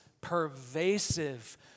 pervasive